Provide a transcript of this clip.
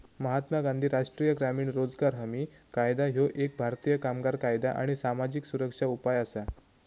महात्मा गांधी राष्ट्रीय ग्रामीण रोजगार हमी कायदा ह्यो एक भारतीय कामगार कायदा आणि सामाजिक सुरक्षा उपाय असा